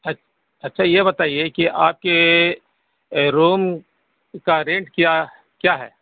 اچھا اچھا یہ بتائیے کہ آپ کے روم کا رینٹ کیا کیا ہے